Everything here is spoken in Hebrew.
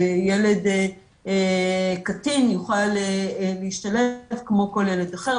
שילד קטין יוכל להשתלב כמו כל ילד אחר.